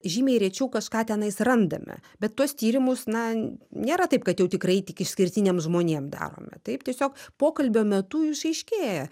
žymiai rečiau kažką tenais randame bet tuos tyrimus na nėra taip kad jau tikrai tik išskirtiniam žmonėm darome taip tiesiog pokalbio metu išaiškėja